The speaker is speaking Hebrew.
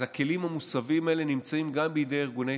אז הכלים המוסבים האלה נמצאים גם בידי ארגוני